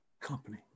company